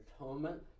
atonement